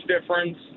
difference